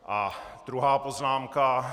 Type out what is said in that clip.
A druhá poznámka.